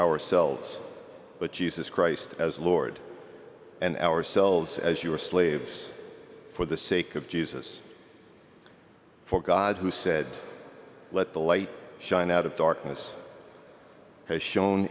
ourselves but jesus christ as lord and ourselves as your slaves for the sake of jesus for god who said let the light shine out of darkness has sho